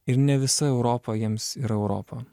ir ne visa europa jiems yra europa